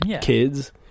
kids